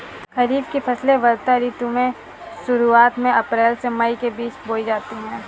खरीफ की फसलें वर्षा ऋतु की शुरुआत में अप्रैल से मई के बीच बोई जाती हैं